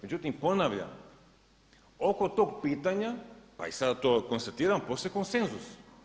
Međutim, ponavljam oko tog pitanja a i sada to konstatiramo postoji konsenzus.